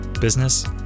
business